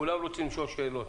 כולם רוצים לשאול שאלות.